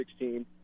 2016